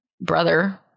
brother